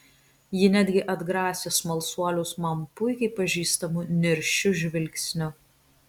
ji netgi atgrasė smalsuolius man puikiai pažįstamu niršiu žvilgsniu